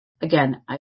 again